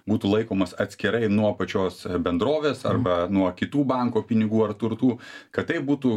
būtų laikomas atskirai nuo pačios bendrovės arba nuo kitų banko pinigų ar turtų kad tai būtų